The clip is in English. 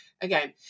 again